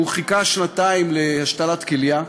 הוא חיכה להשתלת כליה שנתיים.